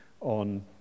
on